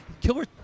killer